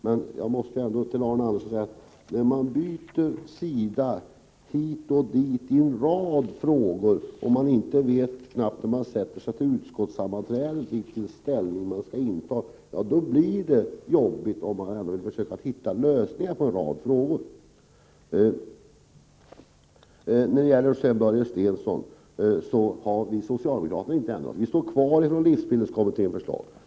Men jag måste ändå till Arne Andersson i Ljung säga, att när man byter ståndpunkt hit och dit i en rad frågor och knappast ens vet vilken ställning man skall inta i en fråga när man sätter sig till ett utskottssammanträde, blir det jobbigt att försöka hitta lösningar på frågorna. Till Börje Stensson vill jag säga att vi socialdemokrater inte har ändrat uppfattning. Vi står fast vid livsmedelskommitténs förslag.